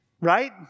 right